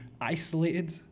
isolated